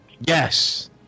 Yes